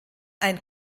ein